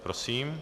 Prosím.